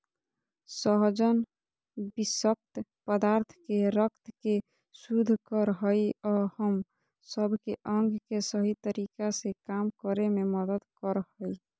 सहजन विशक्त पदार्थ के रक्त के शुद्ध कर हइ अ हम सब के अंग के सही तरीका से काम करे में मदद कर हइ